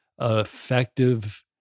effective